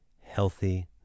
healthy